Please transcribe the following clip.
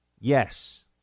Yes